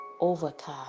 overcast